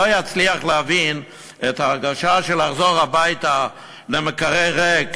לא יצליח להבין את ההרגשה של לחזור הביתה למקרר ריק,